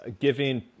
giving